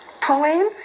Pauline